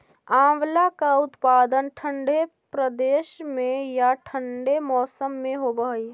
आंवला का उत्पादन ठंडे प्रदेश में या ठंडे मौसम में होव हई